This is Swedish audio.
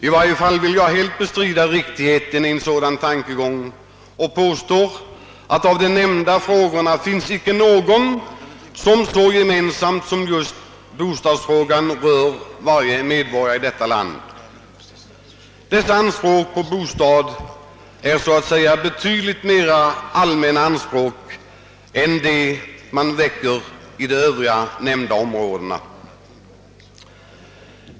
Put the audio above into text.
I varje fall vill jag helt bestrida riktigheten i en sådan tankegång och påstå att av de nämnda frågorna finns icke någon som så gemensamt som just bostadsfrågan berör varje medborgare i detta land. Anspråken på bostad är betydligt mer allmänna anspråk än dem man väcker i de övriga nämnda områdena.